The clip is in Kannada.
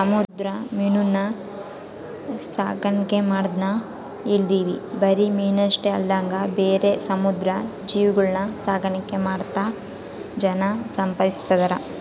ಸಮುದ್ರ ಮೀನುನ್ನ ಸಾಕಣ್ಕೆ ಮಾಡದ್ನ ಕೇಳಿದ್ವಿ ಬರಿ ಮೀನಷ್ಟೆ ಅಲ್ದಂಗ ಬೇರೆ ಸಮುದ್ರ ಜೀವಿಗುಳ್ನ ಸಾಕಾಣಿಕೆ ಮಾಡ್ತಾ ಜನ ಸಂಪಾದಿಸ್ತದರ